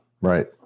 Right